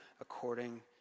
according